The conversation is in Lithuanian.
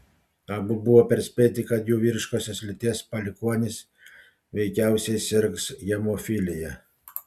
abu buvo perspėti kad jų vyriškosios lyties palikuonis veikiausiai sirgs hemofilija